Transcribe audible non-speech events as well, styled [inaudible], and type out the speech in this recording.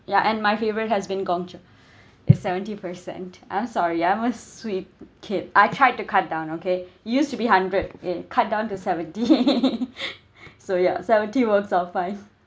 ya and my favourite has been Gongcha [breath] is seventy percent I'm sorry I'm a sweet kid I tried to cut down okay [breath] used to be hundred and cut down to seventy [laughs] [breath] so ya seventy works out fine